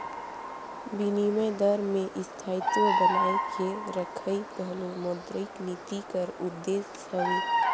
बिनिमय दर में स्थायित्व बनाए के रखई घलो मौद्रिक नीति कर उद्देस हवे